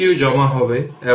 তাই একটু সাবধান হতে হবে